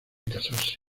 casarse